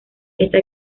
esta